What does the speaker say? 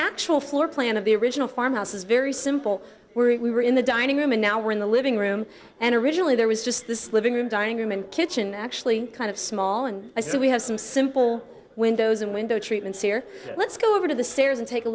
actual floor plan of the original farmhouse is very simple where we were in the dining room and now we're in the living room and originally there was just this living room dining room and kitchen actually kind of small and i so we have some simple windows and window treatments here let's go over to